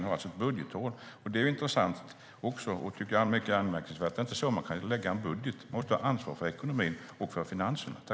Ni har alltså ett budgethål. Det är intressant och mycket anmärkningsvärt. Det är inte så man gör en budget. Man måste ha ansvar för ekonomin och för finanserna.